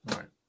Right